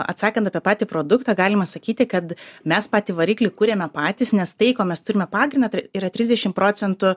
atsakant apie patį produktą galima sakyti kad mes patį variklį kuriame patys nes tai ko mes turime pagrindą yra trisdešimt procentų